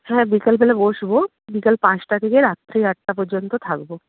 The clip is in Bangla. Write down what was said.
হ্যাঁ বিকালবেলা বসবো বিকাল পাঁচটা থেকে রাত্রি আটটা পর্যন্ত থাকবো